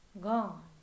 gone